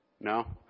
No